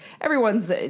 everyone's